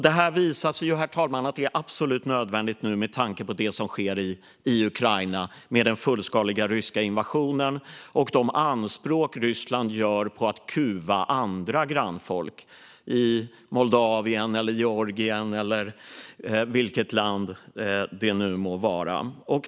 Detta visar sig nu vara absolut nödvändigt, herr talman, med tanke på det som sker i Ukraina med den fullskaliga ryska invasionen och de anspråk Ryssland gör på att kuva andra grannfolk - i Moldavien, i Georgien eller i vilket land det nu må vara.